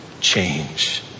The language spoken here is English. change